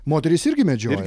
moterys irgi medžioja